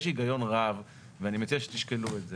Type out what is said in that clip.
יש היגיון רב, ואני מציע שתשקלו את זה,